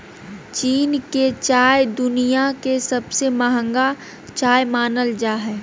चीन के चाय दुनिया के सबसे महंगा चाय मानल जा हय